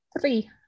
Three